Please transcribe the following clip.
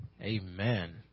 Amen